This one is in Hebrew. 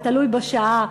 זה תלוי בשעה,